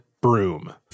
broom